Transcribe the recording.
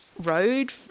road